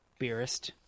Beerist